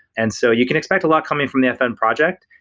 and so you can expect a lot coming from the fn project.